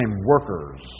workers